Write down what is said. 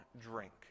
drink